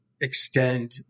extend